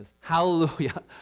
Hallelujah